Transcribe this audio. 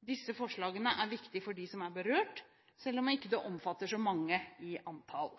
Disse forslagene er viktige for dem som er berørt, selv om det ikke omfatter så mange i antall.